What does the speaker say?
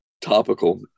Topical